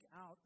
out